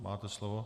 Máte slovo.